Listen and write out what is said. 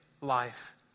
life